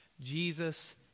Jesus